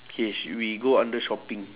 K should we go under shopping